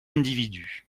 individus